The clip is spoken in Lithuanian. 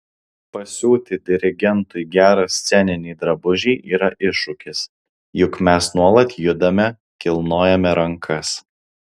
pasiūti dirigentui gerą sceninį drabužį yra iššūkis juk mes nuolat judame kilnojame rankas